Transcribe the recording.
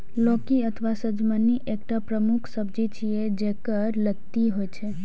लौकी अथवा सजमनि एकटा प्रमुख सब्जी छियै, जेकर लत्ती होइ छै